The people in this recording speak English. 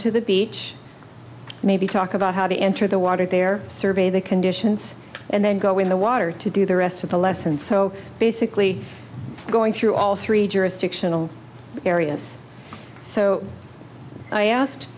to the beach maybe talk about how to enter the water there survey the conditions and then go in the water to do the rest of the lesson so basically we're going through all three jurisdictional areas so i asked